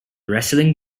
wrestling